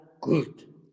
good